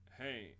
hey